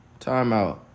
Timeout